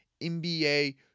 NBA